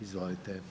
Izvolite.